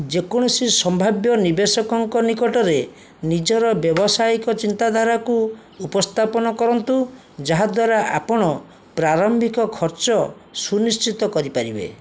ଯେକୌଣସି ସମ୍ଭାବ୍ୟ ନିବେଶକଙ୍କ ନିକଟରେ ନିଜର ବ୍ୟାବସାୟିକ ଚିନ୍ତାଧାରାକୁ ଉପସ୍ଥାପନ କରନ୍ତୁ ଯାହାଦ୍ୱାରା ଆପଣ ପ୍ରାରମ୍ଭିକ ଖର୍ଚ୍ଚ ସୁନିଶ୍ଚିତ କରିପାରିବେ